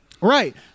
right